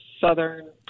southern